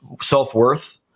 self-worth